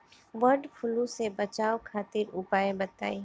वड फ्लू से बचाव खातिर उपाय बताई?